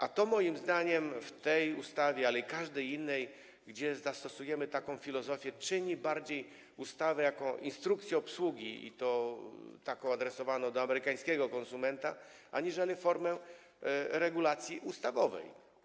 A to, moim zdaniem - dotyczy to tej ustawy, ale i każdej innej, gdzie zastosujemy taką filozofię - czyni z ustawy bardziej instrukcję obsługi, i to taką adresowaną do amerykańskiego konsumenta, aniżeli formę regulacji ustawowej.